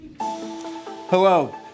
Hello